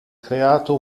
creato